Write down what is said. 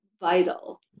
vital